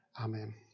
Amen